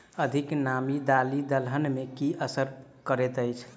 अधिक नामी दालि दलहन मे की असर करैत अछि?